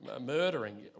murdering